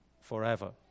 forever